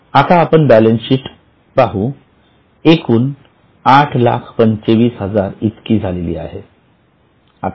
आणि आता बॅलन्सशीट एकूण ८२५००० झाली आहे